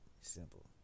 Simple